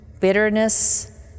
bitterness